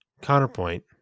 Counterpoint